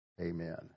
Amen